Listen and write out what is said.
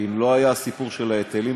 אם לא היה הסיפור של ההיטלים,